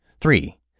Three